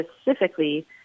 specifically